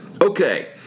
Okay